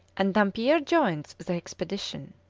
and dampier joins the expedition.